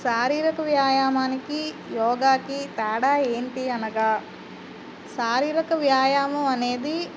శారీరక వ్యాయామానికి యోగాకి తేడా ఏంటి అనగా శారీరక వ్యాయామం అనేది